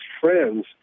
friends